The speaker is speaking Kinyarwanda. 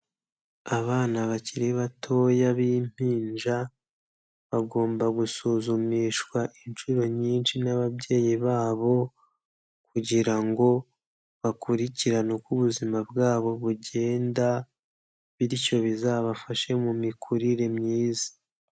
abana bakiri batoya b'impinja, bagomba gusuzumishwa inshuro nyinshi n'ababyeyi babo kugira ngo bakurikirane uko ubuzima bwabo bugenda bityo bizabafashe mu mikurire myiza.